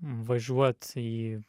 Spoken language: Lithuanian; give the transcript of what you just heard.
važiuot į